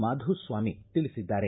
ಮಾಧುಸ್ವಾಮಿ ತಿಳಿಸಿದ್ದಾರೆ